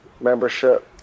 membership